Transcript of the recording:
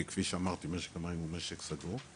כי כפי שאמרתי משק המים הוא משק סגור,